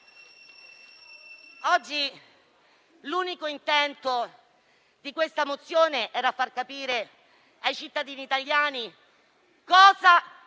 Oggi l'unico intento di questa mozione è far capire ai cittadini italiani cosa